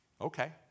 Okay